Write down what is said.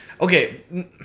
Okay